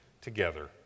together